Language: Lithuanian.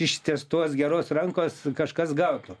ištiestos geros rankos kažkas gautų